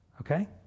Okay